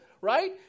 right